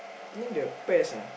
then the pears ah